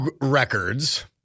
records